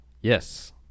Yes